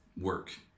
work